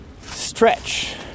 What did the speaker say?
stretch